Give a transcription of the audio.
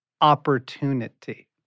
opportunity